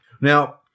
Now-